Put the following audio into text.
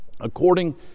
According